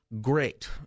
Great